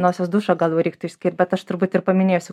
nosies dušą gal jau reiktų išskirt bet aš truputį ir paminėsiu